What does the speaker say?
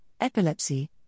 epilepsy